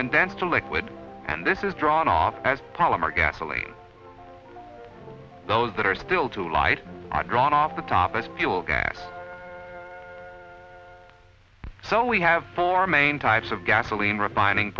condensed to liquid and this is drawn off as polymer gasoline those that are still too light are drawn off the top as fuel gas so we have four main types of gasoline refining